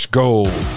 gold